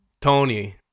Tony